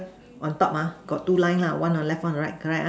on top ah got two line lah one on the left one on the right correct ah